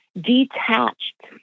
detached